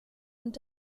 und